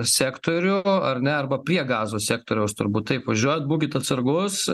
sektorių ar ne arba prie gazos sektoriaus turbūt taip važiuojat būkit atsargus